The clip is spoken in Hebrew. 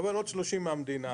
מקבל עוד 30 שקל מהמדינה.